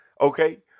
okay